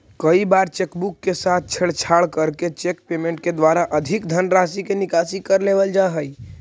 कई बार cheque book के साथ छेड़छाड़ करके चेक पेमेंट के द्वारा अधिक धनराशि के निकासी कर लेवल जा हइ